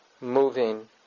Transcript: moving